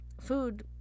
Food